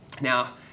now